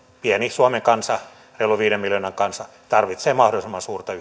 pieni suomen kansa reilu viiden miljoonan kansa tarvitsee mahdollisimman suurta